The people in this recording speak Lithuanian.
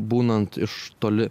būnant iš toli